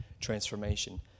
transformation